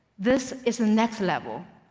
this is the next level.